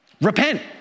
Repent